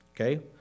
Okay